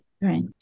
Right